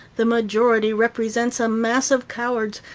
the majority represents a mass of cowards,